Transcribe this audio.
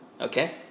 okay